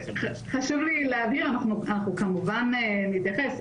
אנחנו כמובן נתייחס.